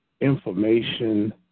information